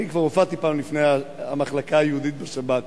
אני כבר הופעתי פעם בפני המחלקה היהודית בשב"כ.